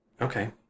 okay